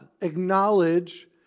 acknowledge